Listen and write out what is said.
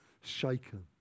shaken